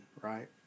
right